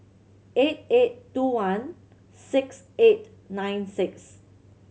eight eight two one six eight nine six